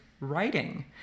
writing